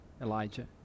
Elijah